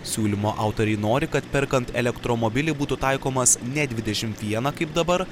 siūlymo autoriai nori kad perkant elektromobilį būtų taikomas ne dvidešimt vieną kaip dabar